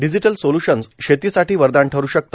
digital solution शेतीसाठी वरदान ठरू शकते